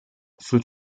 sul